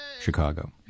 Chicago